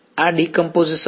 આ ડીકંપોઝિશન